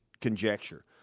conjecture